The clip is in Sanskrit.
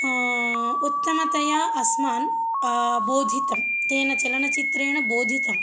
उत्तमतया अस्मान् बोधितं तेन चलनचित्रेण बोधितं